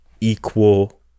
equal